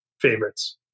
favorites